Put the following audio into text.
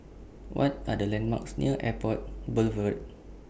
What Are The landmarks near Airport Boulevard